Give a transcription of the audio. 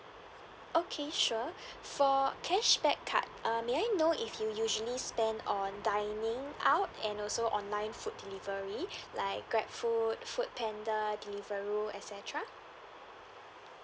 okay sure for cashback card err may I know if you usually spend on dining out and also online food delivery like grab food food panda deliveroo et cetera